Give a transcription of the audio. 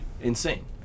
Insane